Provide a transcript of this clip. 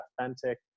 authentic